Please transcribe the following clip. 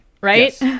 right